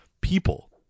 people